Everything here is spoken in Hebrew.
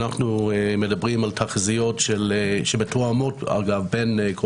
אנחנו מדברים על תחזיות שמתואמות בין כל